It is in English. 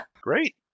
Great